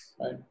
Right